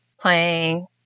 playing